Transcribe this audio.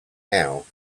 now